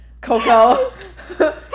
Coco